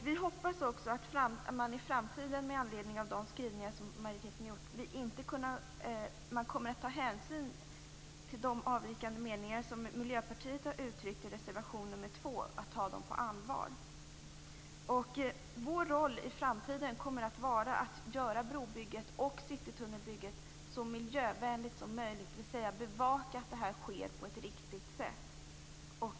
Vi hoppas också att man med anledning av de skrivningar som majoriteten gjort i framtiden kommer att ta hänsyn till de avvikande meningar som Miljöpartiet uttryckt i reservation 2 och att man tar dem på allvar. Vår roll i framtiden kommer att vara att göra brobygget och citytunnelbygget så miljövänliga som möjligt, dvs. att bevaka att det sker på ett riktigt sätt.